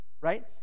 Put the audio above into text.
right